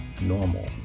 normal